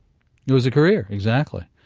it was a career. exactly.